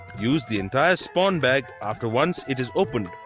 use the entire spawn bag after once it is opened.